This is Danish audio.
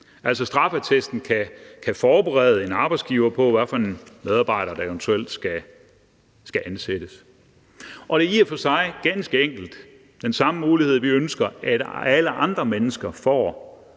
Straffeattesten kan altså forberede en arbejdsgiver på, hvad for en medarbejdere der eventuelt skal ansættes. Det er i og for sig ganske enkelt den samme mulighed, vi ønsker, at alle andre mennesker får,